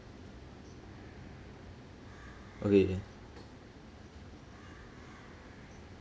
okay